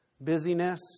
busyness